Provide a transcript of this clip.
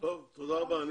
תודה רבה.